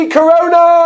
Corona